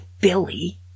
Billy